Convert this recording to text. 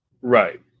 Right